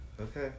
Okay